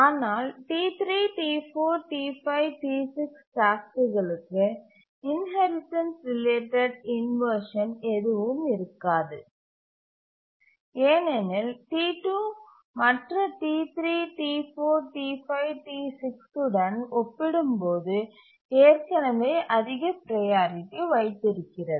ஆனால் T3 T4 T5 T6 டாஸ்க்குகளுக்கு inheritance related inversion எதுவும் இருக்காது ஏனெனில் T2 மற்ற T3 T4 T5 T6 உடன் ஒப்பிடும்போது ஏற்கனவே அதிக ப்ரையாரிட்டி வைத்திருக்கிறது